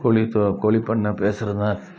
கோழித் கோழிப்பண்ணை பேசுகிறது தான்